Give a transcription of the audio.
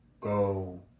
go